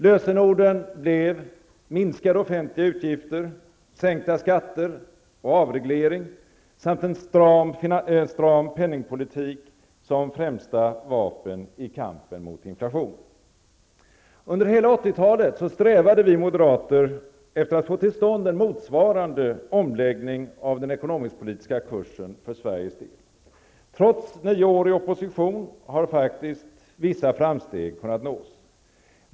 Lösenorden blev minskade offentliga utgifter, sänkta skatter och avreglering samt en stram penningpolitik som främsta vapen i kampen mot inflationen. Under hela 1980-talet strävade vi moderater efter att få till stånd en motsvarande omläggning av den ekonomisk-politiska kursen för Sveriges del. Trots nio år i opposition har vissa framsteg kunnat nås.